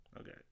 Okay